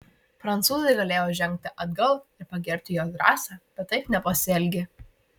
prancūzai galėjo žengti atgal ir pagerbti jo drąsą bet taip nepasielgė